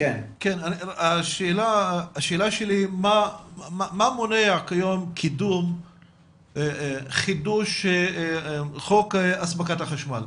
השאלה שלי היא מה מונע כיום קידום חידוש חוק הספקת החשמל?